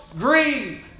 grieve